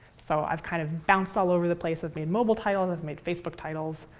so i've kind of bounced all over the place. i've made mobile titles, i've made facebook titles.